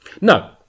No